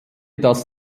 das